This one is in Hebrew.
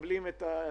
גם מקבלים את הפטורים,